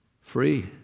free